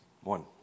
one